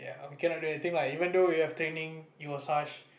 ya we cannot do anything lah even though we have training it was harsh